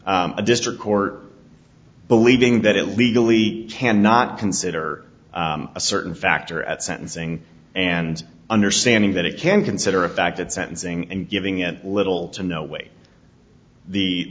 between a district court believing that it legally cannot consider a certain factor at sentencing and understanding that it can consider a fact at sentencing and giving it little to no way the